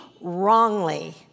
wrongly